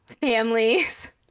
families